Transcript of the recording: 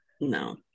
no